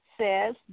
Says